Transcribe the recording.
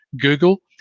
Google